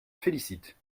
félicite